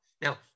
Now